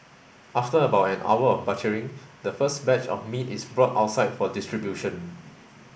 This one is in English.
after about an hour of butchering the first batch of meat is brought outside for distribution